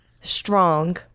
strong